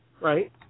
Right